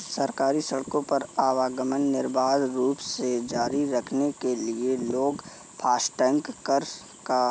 सरकारी सड़कों पर आवागमन निर्बाध रूप से जारी रखने के लिए लोग फास्टैग कर का